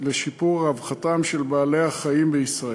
לשיפור רווחתם של בעלי-החיים בישראל.